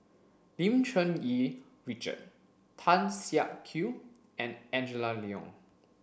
Lim Cherng Yih Richard Tan Siak Kew and Angela Liong